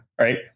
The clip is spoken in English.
right